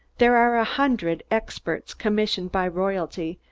there are a hundred experts, commissioned by royalty,